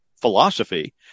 philosophy